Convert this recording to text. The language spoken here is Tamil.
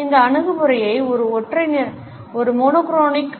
இந்த அணுகுமுறையை ஒரு ஒற்றை நிறக்